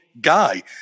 guy